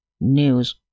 news